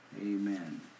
Amen